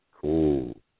Cool